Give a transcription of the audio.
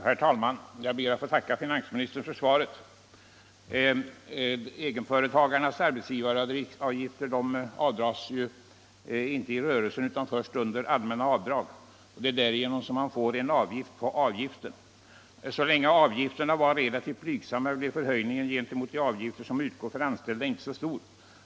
Herr talman! Jag ber att få tacka finansministern för svaret på min fråga. Egenföretagarnas arbetsgivaravgifter avdras ju inte i rörelsen utan först under allmänna avdrag. Därigenom blir det alltså en avgift på avgiften. Så länge avgifterna var relativt blygsamma blev förhöjningen gentemot de avgifter som utgår för anställda inte så stor.